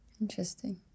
Interesting